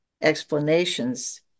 explanations